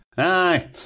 Aye